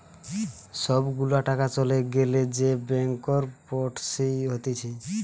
সব গুলা টাকা চলে গ্যালে যে ব্যাংকরপটসি হতিছে